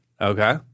Okay